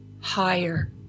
higher